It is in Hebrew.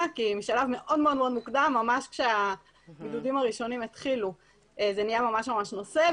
כי בשלב מוקדם מאוד כשהבידודים הראשונים התחילו זה נהיה ממש נושא,